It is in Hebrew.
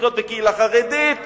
לחיות בקהילה חרדית,